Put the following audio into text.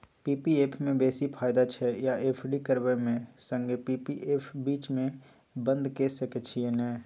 P P F म बेसी फायदा छै या एफ.डी करबै म संगे पी.पी एफ बीच म बन्द के सके छियै न?